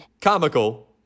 comical